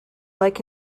like